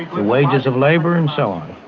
the wages of labor, and so on.